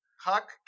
Huck